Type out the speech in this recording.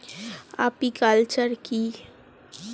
Apiculture কি?